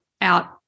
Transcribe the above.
out